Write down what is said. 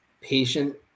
patient